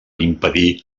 impedir